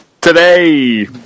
today